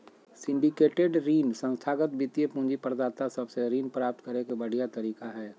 syndicated ऋण संस्थागत वित्तीय पूंजी प्रदाता सब से ऋण प्राप्त करे के बढ़िया तरीका हय